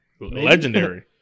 Legendary